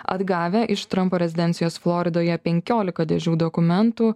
atgavę iš trumpo rezidencijos floridoje penkiolika dėžių dokumentų